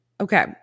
Okay